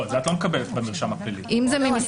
שאת זה את לא מקבלת במרשם הפלילי מאשר --- אם זה נקנס